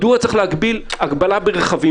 מדוע צריך להגביל הגבלה ברכבים?